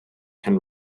ken